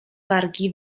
wargi